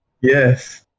Yes